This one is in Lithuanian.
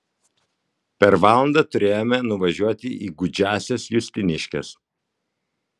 per valandą turėjome nuvažiuoti į gūdžiąsias justiniškes